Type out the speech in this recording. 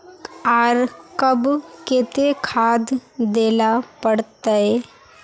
आर कब केते खाद दे ला पड़तऐ?